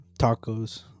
tacos